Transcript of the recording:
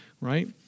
right